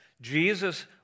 Jesus